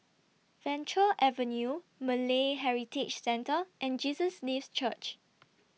Venture Avenue Malay Heritage Centre and Jesus Lives Church